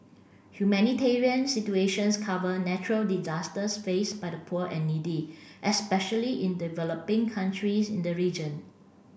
humanitarian situations cover natural disasters faced by the poor and needy especially in developing countries in the region